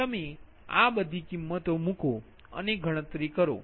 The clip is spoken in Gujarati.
તમે બધી કિંમતો મૂકો અને ગણતરી કરો